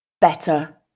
Better